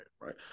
right